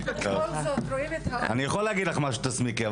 אני יכול להגיד לך משהו שתסמיקי,